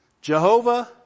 Jehovah